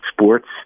sports